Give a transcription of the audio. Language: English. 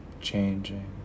changing